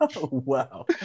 wow